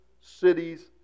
cities